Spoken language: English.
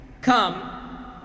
come